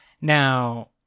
Now